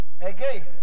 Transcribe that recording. again